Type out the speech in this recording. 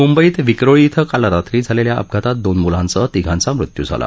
म्ंबईत विक्रोळी इथं काल रात्री झालेल्या अपघातात दोन म्लांसह तिघांचा मृत्यू झाला